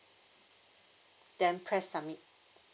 then press submit